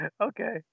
okay